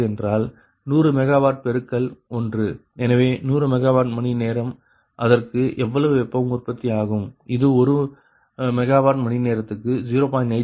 100 megawatt பெருக்கல் 1 எனவே 100 megawatt மணிநேரம் அதற்கு எவ்வளவு வெப்பம் உற்பத்தி ஆகி இருக்கும் அது ஒரு மெகாவாட் மணிநேரத்துக்கு 0